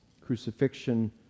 crucifixion